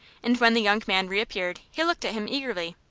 and when the young man reappeared, he looked at him eagerly.